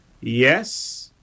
Yes